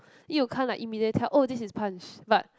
it you can't like immediately tell oh this is Punch but